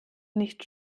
nicht